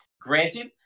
granted